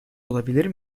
olabilir